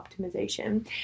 optimization